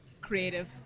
creative